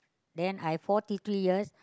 then I forty three years